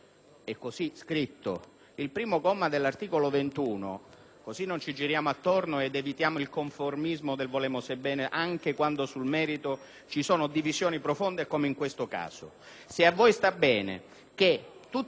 così non ci giriamo attorno ed evitiamo il conformismo del «volemose bene» anche quando sul merito ci sono divisioni profonde come in questo caso - per cui tutti gli organi di programmazione economica, dal CIPE in poi,